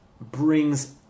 brings